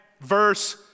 verse